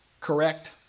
Correct